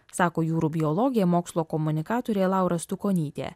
sako jūrų biologė mokslo komunikatorė laura stukonytė